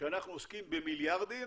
שאנחנו עוסקים במיליארדים